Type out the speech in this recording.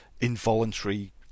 involuntary